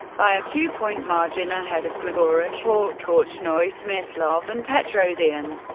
by a two-point margin, ahead of gligoric, hort, korchnoi, smyslov, and petrosian.